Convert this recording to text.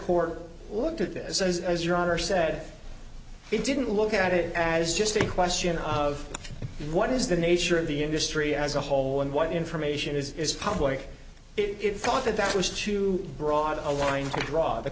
court looked at this as your honor said it didn't look at it as just a question of what is the nature of the industry as a whole and what information is it taught that that was too broad a line to draw the